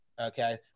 okay